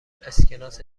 اسکناس